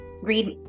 read